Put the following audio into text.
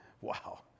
wow